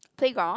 playground